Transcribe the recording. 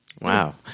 Wow